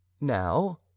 now